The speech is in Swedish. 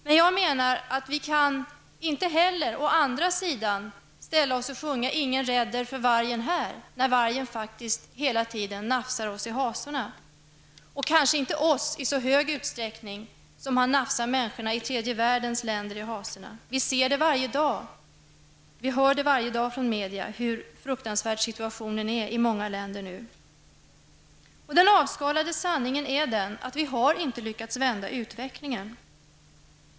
Men jag menar att vi inte heller kan ställa oss och sjunga Ingen rädder för vargen här, när vargen faktiskt hela tiden nafsar oss i hasorna. Kanske nafsar den inte oss i hasorna i så hög utsträckning som den nafsar människor i tredje världens länder. Vi ser och hör varje dag i media hur fruktansvärd situationen är i många länder. Den avskalade sanningen är att vi inte har lyckats vända utvecklingen.